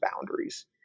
boundaries